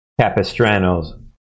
Capistranos